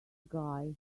guy